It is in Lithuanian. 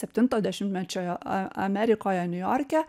septinto dešimtmečio amerikoje niujorke